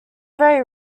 very